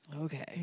okay